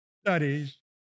studies